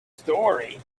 story